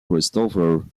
christopher